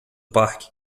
parque